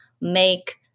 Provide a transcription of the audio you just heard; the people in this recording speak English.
make